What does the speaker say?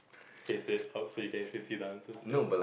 face it out so you can still see the answers ya